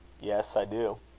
yes, i do.